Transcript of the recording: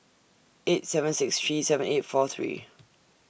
eight seven six three seven eight four three